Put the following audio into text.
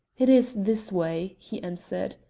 it is this way, he answered.